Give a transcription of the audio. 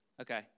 Okay